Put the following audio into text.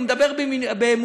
הוא מדבר במונחים,